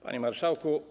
Panie Marszałku!